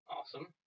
Awesome